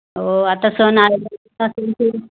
हो आता सण आला आहे